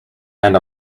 and